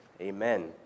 amen